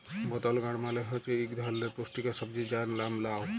বতল গাড় মালে হছে ইক ধারালের পুস্টিকর সবজি যার লাম লাউ